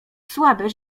słabe